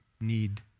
need